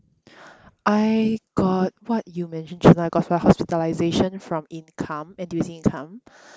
I got what you mentioned just now I got for hospitalisation from income N_T_U_C income